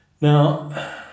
Now